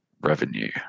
revenue